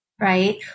right